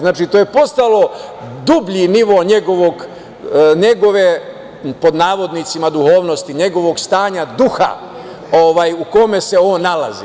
Znači, to je postalo dublji nivo njegove „duhovnosti“, njegovog stanja duga u kojem se on nalazi.